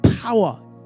power